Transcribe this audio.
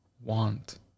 want